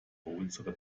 unsere